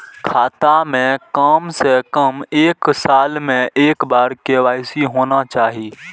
खाता में काम से कम एक साल में एक बार के.वाई.सी होना चाहि?